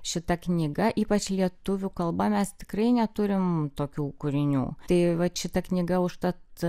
šita knyga ypač lietuvių kalba mes tikrai neturim tokių kūrinių tai vat šita knyga užtat